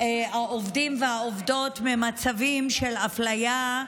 העובדים והעובדות ממצבים של אפליה,